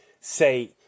say